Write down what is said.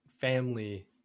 family